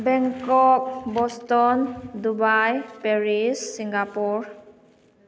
Bangkok Boston Dubai Paris Singapore